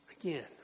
Again